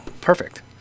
perfect